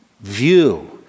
view